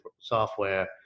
software